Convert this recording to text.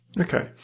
okay